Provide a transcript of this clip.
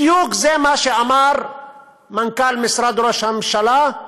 זה בדיוק מה שאמר מנכ"ל משרד ראש הממשלה.